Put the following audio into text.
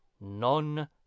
non